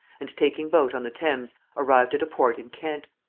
and taking boat on the thames arrived at a port in kent.